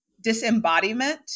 disembodiment